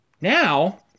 Now